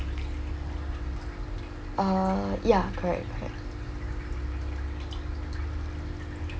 err ya correct correct